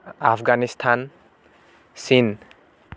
আফগানিস্তান চীন